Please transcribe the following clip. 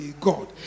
God